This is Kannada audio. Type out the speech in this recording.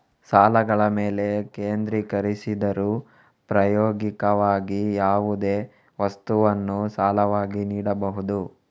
ಸಾಲಗಳ ಮೇಲೆ ಕೇಂದ್ರೀಕರಿಸಿದರೂ, ಪ್ರಾಯೋಗಿಕವಾಗಿ, ಯಾವುದೇ ವಸ್ತುವನ್ನು ಸಾಲವಾಗಿ ನೀಡಬಹುದು